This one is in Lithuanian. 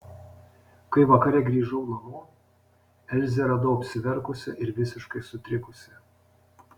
kai vakare grįžau namo elzę radau apsiverkusią ir visiškai sutrikusią